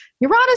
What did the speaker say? Uranus